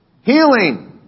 Healing